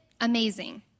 Amazing